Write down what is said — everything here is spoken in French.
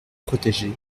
protéger